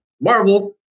Marvel